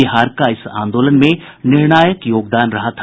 बिहार का इस आंदोलन में निर्णायक योगदान रहा था